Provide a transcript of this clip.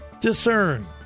discern